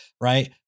right